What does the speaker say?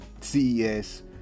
CES